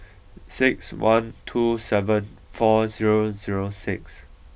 six one two seven four zero zero six